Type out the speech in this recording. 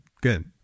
Good